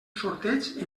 sorteig